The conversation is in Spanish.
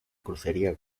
crucería